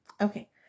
Okay